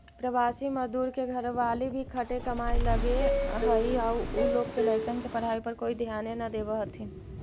प्रवासी मजदूर के घरवाली भी खटे कमाए लगऽ हई आउ उ लोग के लइकन के पढ़ाई पर कोई ध्याने न देवऽ हथिन